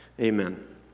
Amen